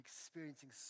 experiencing